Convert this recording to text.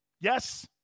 Yes